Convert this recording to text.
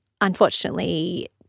unfortunately